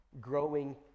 growing